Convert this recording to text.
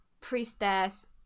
priestess